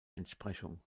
entsprechung